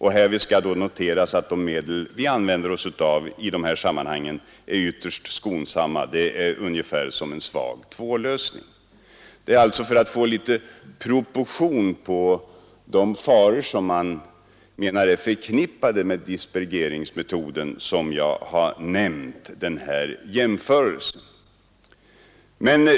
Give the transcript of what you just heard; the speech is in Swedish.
Härvid skall noteras att de medel som används i dessa sammanhang är ytterst skonsamma — det är ungefär som en svag tvållösning. Det är för att få litet proportioner på de faror som man menar är förknippade med dispergeringsmetoden som jag gör den här jämförelsen.